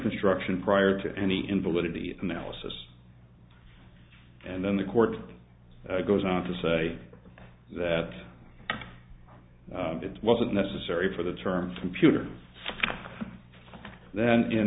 construction prior to any invalidity analysis and then the court goes on to say that it wasn't necessary for the term computer then in